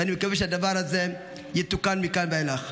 ואני מקווה שהדבר הזה יתוקן מכאן ואילך.